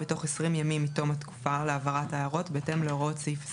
בתוך 20 ימים מתום התקופה להעברת ההערות בהתאם להוראות סעיף 26ד,